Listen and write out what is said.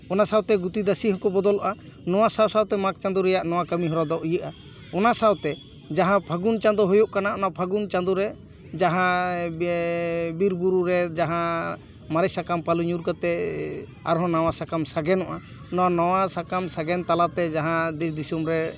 ᱚᱱᱟ ᱥᱟᱶᱛᱮ ᱜᱩᱛᱤ ᱫᱟᱥᱤ ᱦᱚᱸ ᱠᱚ ᱵᱚᱫᱚᱞᱚᱜᱼᱟ ᱱᱚᱶᱟ ᱥᱟᱶ ᱥᱟᱶᱛᱮ ᱢᱟᱜᱽ ᱪᱟᱸᱫᱳ ᱨᱮᱭᱟᱜ ᱱᱚᱶᱟ ᱠᱟᱢᱤ ᱦᱚᱨᱟ ᱫᱚ ᱤᱭᱟᱹᱜᱼᱟ ᱚᱱᱟ ᱥᱟᱶᱛᱮ ᱡᱟᱦᱟᱸ ᱯᱷᱟᱹᱜᱩᱱ ᱪᱟᱸᱫᱳ ᱦᱩᱭᱩᱜ ᱠᱟᱱᱟ ᱚᱱᱟ ᱯᱷᱟᱹᱜᱩᱱ ᱪᱟᱸᱫᱳ ᱨᱮ ᱡᱟᱦᱟᱸ ᱵᱤᱨ ᱵᱩᱨᱩ ᱨᱮ ᱡᱟᱦᱟᱸ ᱢᱟᱨᱮ ᱥᱟᱠᱟᱢ ᱯᱟᱞᱮ ᱧᱩᱨ ᱠᱟᱛᱮ ᱟᱨ ᱦᱚᱸ ᱱᱟᱣᱟ ᱥᱟᱠᱟᱢ ᱥᱟᱜᱮᱱᱚᱜᱼᱟ ᱚᱱᱟ ᱱᱟᱣᱟ ᱥᱟᱠᱟᱢ ᱥᱟᱜᱮᱱ ᱛᱟᱞᱟᱛᱮ ᱡᱟᱦᱟᱸ ᱫᱮᱥ ᱫᱤᱥᱚᱢ ᱨᱮ